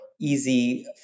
easy